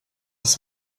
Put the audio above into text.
his